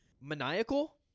maniacal